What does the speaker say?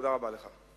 תודה רבה לך.